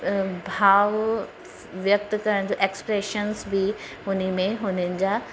भाव व्यक्त करण जा एक्सप्रैशंस बि हुन में हुननि जा